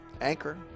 Anchor